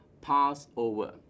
Passover